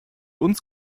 uns